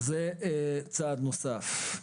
אז זה צעד נוסף.